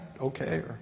Okay